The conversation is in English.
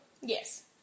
Yes